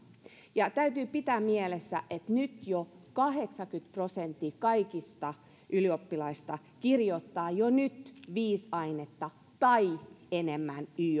täytyy pitää mielessä että nyt jo kahdeksankymmentä prosenttia kaikista ylioppilaista kirjoittaa viisi ainetta tai enemmän